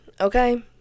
Okay